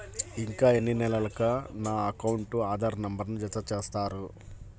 ఇంకా ఎన్ని నెలలక నా అకౌంట్కు ఆధార్ నంబర్ను జత చేస్తారు?